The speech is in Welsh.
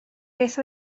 beth